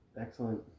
Excellent